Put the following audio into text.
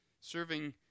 serving